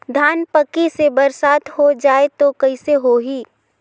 धान पक्की से बरसात हो जाय तो कइसे हो ही?